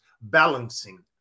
balancing